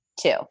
two